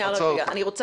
עצרתי.